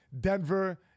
Denver